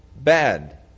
bad